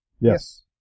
Yes